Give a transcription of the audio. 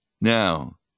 Now